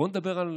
בואו נדבר על